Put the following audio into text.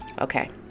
Okay